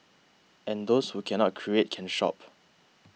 and those who cannot create can shop